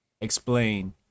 explain